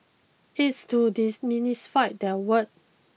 it's to demystify that word